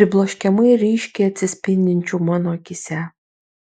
pribloškiamai ryškiai atsispindinčių mano akyse